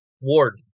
warden